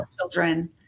children